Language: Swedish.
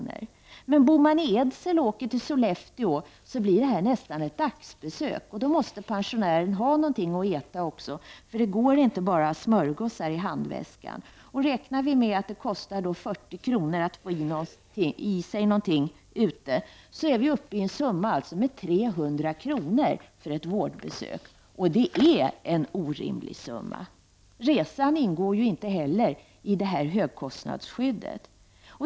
För den som bor i Edsele och som måste åka till Sollefteå för att besöka en läkare blir det ofta fråga om en resa som sträcker sig över hela dagen. Då måste pensionären ha någonting att äta. Det räcker inte med några smörgåsar i handväskan. Om maten kostar 40 kr. blir det 300 kr. för ett vårdbesök. Och det är en orimlig summa. Resan ingår ju inte heller i högkostnadsskyddet.